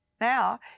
now